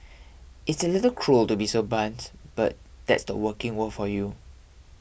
it's a little cruel to be so blunt but that's the working world for you